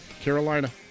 Carolina